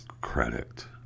credit